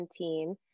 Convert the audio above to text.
2017